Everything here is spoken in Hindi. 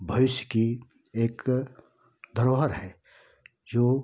भविष्य की एक धरोहर है जो